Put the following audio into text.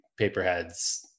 paperheads